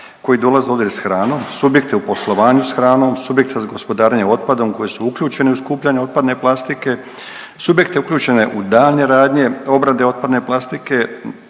koji dolaze u dodir s hranom, subjekte u poslovanju s hranom, subjekte za gospodarenje otpadom koji su uključeni u skupljanje otpadne plastike, subjekte uključene u daljnje radnje obrade otpadne plastike